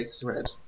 thread